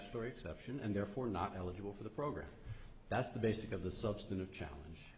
for exception and therefore not eligible for the program that's the basic of the substantive challenge